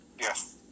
Yes